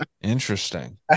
Interesting